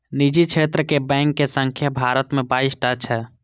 निजी क्षेत्रक बैंक के संख्या भारत मे बाइस टा छै